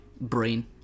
brain